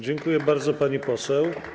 Dziękuję bardzo, pani poseł.